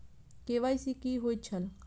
KYC कि होई छल?